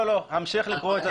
המשך לקרוא את הסעיף.